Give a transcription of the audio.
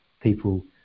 people